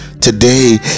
today